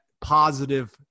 positive